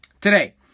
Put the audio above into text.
Today